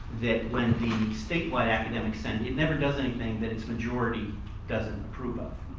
that when the statewide academic senate and never does anything that its majority doesn't approve of,